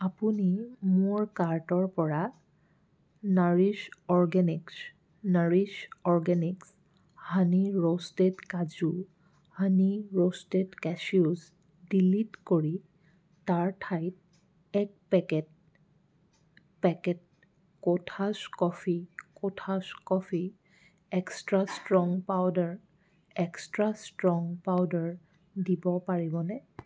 আপুনি মোৰ কাৰ্টৰপৰা নাৰিছ অৰ্গেনিকছ হানি ৰোষ্টেড কাজু ডিলিট কৰি তাৰ ঠাইত এক packet Kothas coffee extra strong powder দিব পাৰিবনে